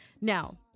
Now